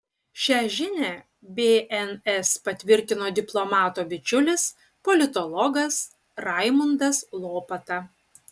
šią žinią bns patvirtino diplomato bičiulis politologas raimundas lopata